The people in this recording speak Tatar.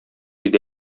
иде